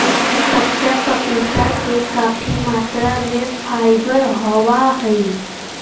कच्चा पपीता में काफी मात्रा में फाइबर होबा हइ